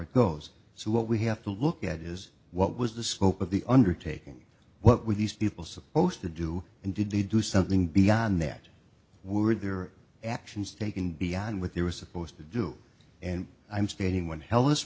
it goes so what we have to look at is what was the scope of the undertaking what were these people supposed to do and did they do something beyond that would their actions taken beyond what they were supposed to do and i'm stating when helis